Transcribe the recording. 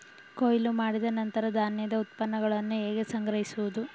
ಕೊಯ್ಲು ಮಾಡಿದ ನಂತರ ಧಾನ್ಯದ ಉತ್ಪನ್ನಗಳನ್ನು ಹೇಗೆ ಸಂಗ್ರಹಿಸುವುದು?